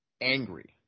angry